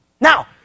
Now